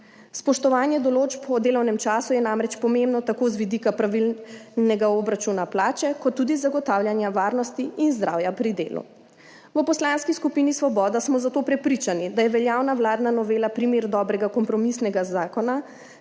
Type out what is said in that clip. Spoštovanje določb o delovnem času je namreč pomembno tako z vidika pravilnega obračuna plače, kot tudi zagotavljanja varnosti in zdravja pri delu. V Poslanski skupini Svoboda smo zato prepričani, da je veljavna vladna novela primer dobrega kompromisnega zakona,